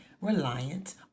reliant